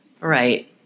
Right